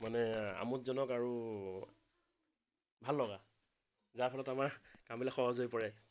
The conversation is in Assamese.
মানে আমোদজনক আৰু ভাল লগা যাৰ ফলত আমাৰ কামবিলাক সহজ হৈ পৰে